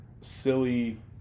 silly